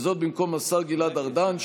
וזאת במקום השר גלעד ארדן,